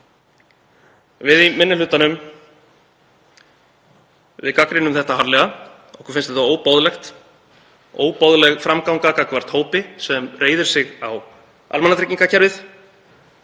Við í minni hlutanum gagnrýnum þetta harðlega. Okkur finnst þetta óboðleg framganga gagnvart hópi sem reiðir sig á almannatryggingakerfið.